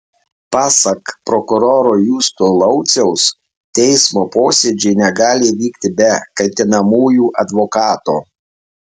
pasak prokuroro justo lauciaus teismo posėdžiai negali vykti be kaltinamųjų advokato